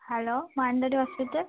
hello Mananthavady hospital